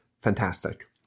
Fantastic